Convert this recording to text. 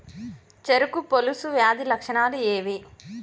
చెరుకు పొలుసు వ్యాధి లక్షణాలు ఏవి?